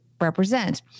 represent